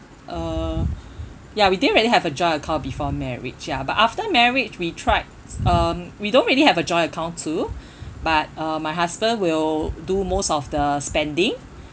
uh ya we didn't really have a joint account before marriage ya but after marriage we tried um we don't really have a joint account too but uh my husband will do most of the spending